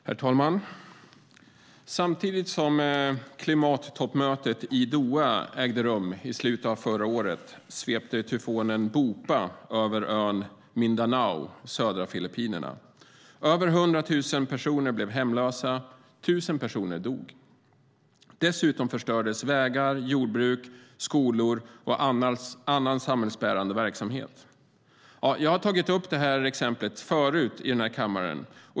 Herr talman! Samtidigt som klimattoppmötet i Doha ägde rum i slutet av förra året svepte tyfonen Bopha över ön Mindanao i södra Filippinerna. Över 100 000 personer blev hemlösa, och tusen personer dog. Dessutom förstördes vägar, jordbruk, skolor och annan samhällsbärande verksamhet. Jag har tagit upp det exemplet förut i kammaren.